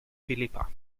philippa